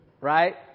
Right